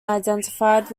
identified